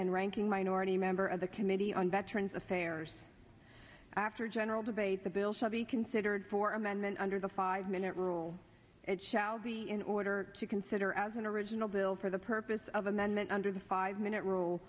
and ranking minority member of the committee on veterans affairs after general debate the bill shall be considered for amendment under the five minute rule it shall be in order to consider as an original bill for the purpose of amendment under the five minute rule